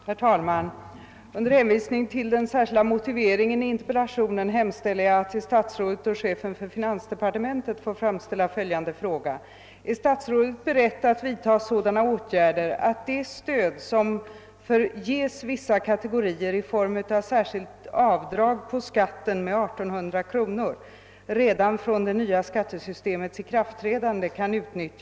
Herr talman! Fru Nettelbrandt har i interpellation frågat mig om jag är beredd vidta sådana åtgärder att det stöd, som ges vissa kategorier i form av särskilt avdrag på skatten med 1800 kronor, redan från det nya skattesystemets ikraftträdande kan. utnyttjas även av dem som har låg eller ingen inkomst. Sådana åtgärder som fru Nettelbrandt åsyftar var föremål för riksdagens bedömning under innevarande års vårsession i samband med beslutet om nytt skattesystem. Riksdagen avvisade då dessa åtgärder.